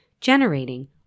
generating